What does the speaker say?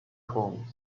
хомс